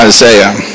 Isaiah